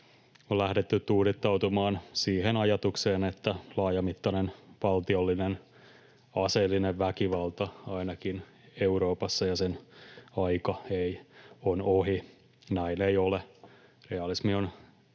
on lähdetty tuudittautumaan siihen ajatukseen, että laajamittaisen valtiollisen aseellisen väkivallan aika, ainakin Euroopassa, on ohi. Näin ei ole. Realismi on